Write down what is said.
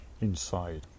inside